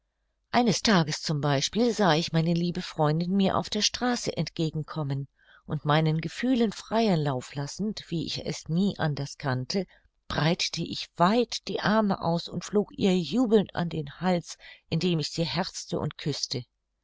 eines tages z b sah ich meine liebe freundin mir auf der straße entgegen kommen und meinen gefühlen freien lauf lassend wie ich es nie anders kannte breitete ich weit die arme aus und flog ihr jubelnd an den hals indem ich sie herzte und küßte